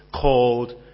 Called